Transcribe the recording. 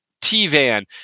T-Van